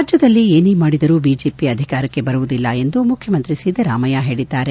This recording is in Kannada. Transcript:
ರಾಜ್ಲದಲ್ಲಿ ಏನೇ ಮಾಡಿದರೂ ಬಿಜೆಪಿ ಅಧಿಕಾರಕ್ಕೆ ಬರುವುದಿಲ್ಲ ಎಂದು ಮುಖ್ಯಮಂತ್ರಿ ಸಿದ್ದರಾಮಯ್ಲ ಹೇಳದ್ದಾರೆ